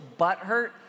butthurt